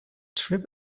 tripp